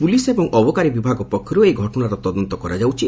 police ଏବଂ ଅବକାରୀ ବିଭାଗ ପକ୍ଷରୁ ଏହି ଘଟଣାର ତଦନ୍ତ କରାଯାଉଛି